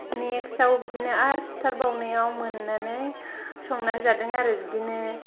नेक्साव बिदिनो आरो सिथारबावनायाव मोन्नानै संनानै जादों आरो बिदिनो